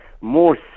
more